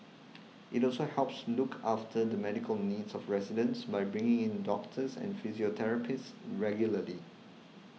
it also helps look after the medical needs of residents by bringing in doctors and physiotherapists regularly